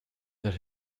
that